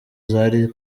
zari